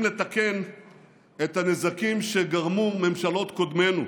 לתקן את הנזקים שגרמו ממשלות קודמות.